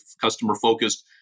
customer-focused